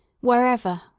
wherever